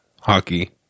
hockey